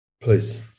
Please